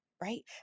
right